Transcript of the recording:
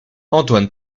antoine